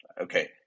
Okay